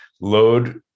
load